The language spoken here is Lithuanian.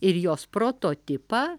ir jos prototipą